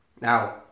Now